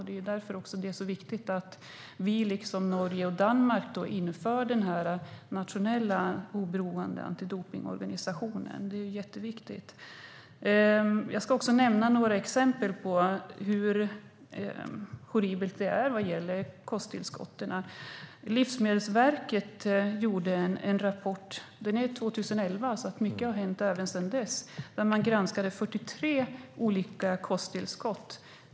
Det är därför det är så viktigt att vi liksom Norge och Danmark inför en nationell oberoende antidopningsorganisation. Det är jätteviktigt. Jag ska nämna några exempel på hur horribelt det är när det gäller kosttillskotten. Livsmedelsverket kom med en rapport 2011 - och mycket har hänt sedan dess - där man granskade 43 olika kosttillskott.